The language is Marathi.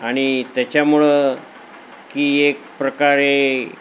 आणि त्याच्यामुळं की एक प्रकारे